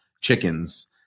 chickens